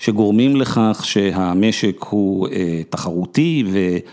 שגורמים לכך שהמשק הוא תחרותי ו...